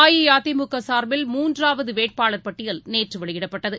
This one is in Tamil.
அஇஅதிமுகசார்பில் மூன்றாவதுவேட்பாளர் பட்டியல் நேற்றுவெளியிடப்பட்டது